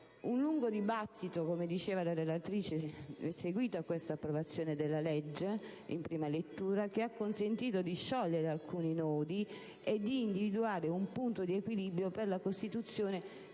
Il lungo dibattito, come diceva la relatrice, che ha fatto seguito all'approvazione della legge in prima lettura, ha consentito di sciogliere alcuni nodi e di individuare un punto di equilibrio per la costituzione